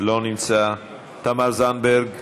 לא נמצא, תמר זנדברג,